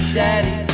daddy